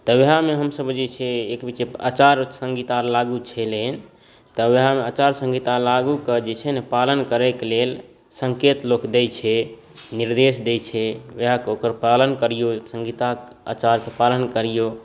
तऽ वएहमे हमसभ बुझै छियै एक बीचमे आचार संहिता लागू छलनि तऽ वएहमे आचार संहिता लागू कऽ जे छै ने पालन करैके लेल सङ्केत लोक दै छै निर्देश दै छै वएह ओकर पालन करियौ संहिताके आचारके पालन करियौ